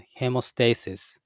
hemostasis